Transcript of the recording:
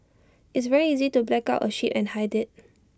it's very easy to black out A ship and hide IT